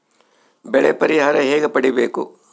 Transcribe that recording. ಬೆಳೆ ಪರಿಹಾರ ಹೇಗೆ ಪಡಿಬೇಕು?